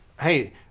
hey